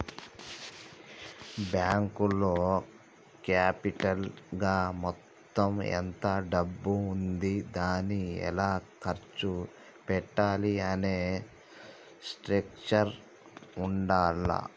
బ్యేంకులో క్యాపిటల్ గా మొత్తం ఎంత డబ్బు ఉంది దాన్ని ఎలా ఖర్చు పెట్టాలి అనే స్ట్రక్చర్ ఉండాల్ల